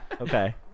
Okay